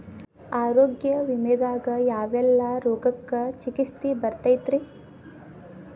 ಆರೋಗ್ಯ ವಿಮೆದಾಗ ಯಾವೆಲ್ಲ ರೋಗಕ್ಕ ಚಿಕಿತ್ಸಿ ಬರ್ತೈತ್ರಿ?